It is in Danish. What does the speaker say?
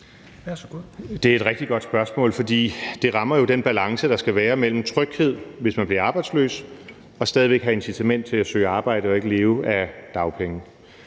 Det er et rigtig godt spørgsmål, for det rammer jo den balance, der skal være, mellem tryghed, hvis man bliver arbejdsløs, og det, at man stadig væk skal have incitament til at søge arbejde og ikke leve af dagpenge.